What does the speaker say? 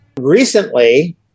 recently